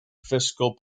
fiscal